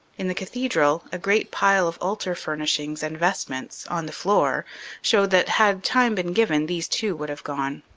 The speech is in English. in the cathedral, a great pile of altar furnishings and vest ments on the floor showed that had time been given these too would have gone.